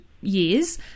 years